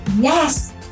Yes